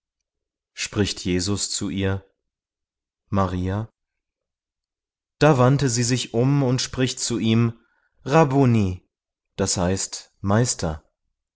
spricht jesus zu ihr maria da wandte sie sich um und spricht zu ihm rabbuni das heißt meister